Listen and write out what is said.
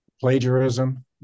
plagiarism